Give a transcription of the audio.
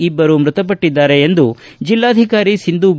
ಇಭ್ದರು ಮೃತಪಟ್ಟದ್ದಾರೆ ಎಂದು ಜೆಲ್ಲಾಧಿಕಾರಿ ಸಿಂಧೂ ಬಿ